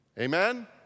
Amen